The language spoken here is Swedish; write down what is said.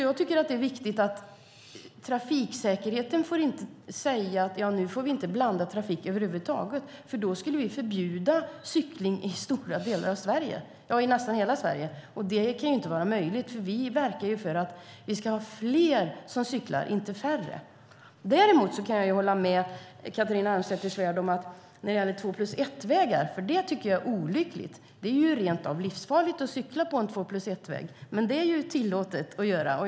Jag tycker att det är viktigt när det gäller trafiksäkerheten att man inte säger: Nu får vi inte blanda trafik över huvud taget. För då skulle vi förbjuda cykling i stora delar av Sverige - ja, i nästan hela Sverige. Och det kan inte vara möjligt, för vi verkar ju för att det ska vara fler som cyklar, inte färre. Däremot kan jag hålla med Catharina Elmsäter-Svärd när det gäller två-plus-ett-vägar, för det tycker jag är olyckligt. Det är rent av livsfarligt att cykla på en två-plus-ett-väg, men det är tillåtet att göra det.